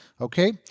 okay